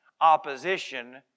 opposition